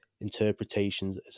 interpretations